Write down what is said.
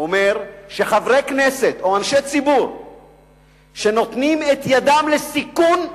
אני אומר שחברי כנסת או אנשי ציבור שנותנים את ידם לסיכון אזרחים,